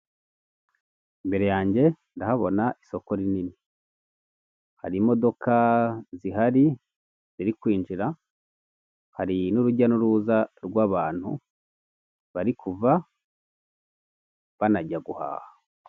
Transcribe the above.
Imbere yanjye ndahabona isoko rinini. Hari imodoka zihari ziri kwinjira, hari n'urujya n'uruza rw'abantu bari kuva banajya guhaha.